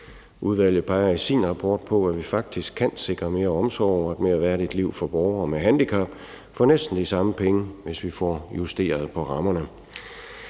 Udvalget peger i sin rapport på, at vi faktisk kan sikre mere omsorg og et mere redeligt liv for borgere med handicap for næsten de samme penge, hvis vi får justeret på rammerne.